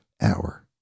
hour